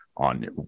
on